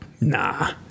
Nah